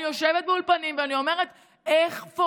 אני יושבת באולפנים ואני אומרת: איך,